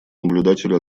наблюдателю